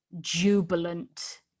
jubilant